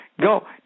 go